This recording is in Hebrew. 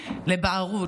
לבערות.